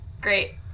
Great